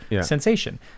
sensation